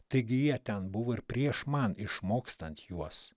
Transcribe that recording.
taigi jie ten buvo ir prieš man išmokstant juos